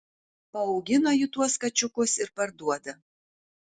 paaugina ji tuos kačiukus ir parduoda